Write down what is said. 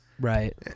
Right